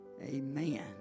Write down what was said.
Amen